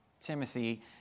Timothy